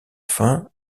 fin